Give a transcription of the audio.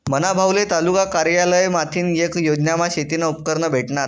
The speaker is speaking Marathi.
मना भाऊले तालुका कारयालय माथीन येक योजनामा शेतीना उपकरणं भेटनात